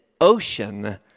ocean